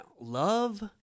love